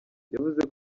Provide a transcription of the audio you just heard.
yavuze